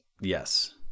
Yes